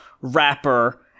rapper